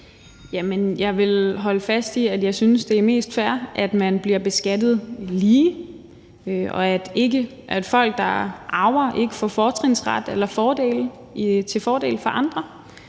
jeg vil holde fast i, at jeg synes, det er mest fair, at man bliver beskattet lige, og ikke, at folk, der arver, får fortrinsret eller fordele i forhold til andre.